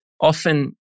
often